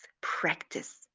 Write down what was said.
practice